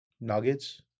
nuggets